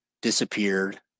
disappeared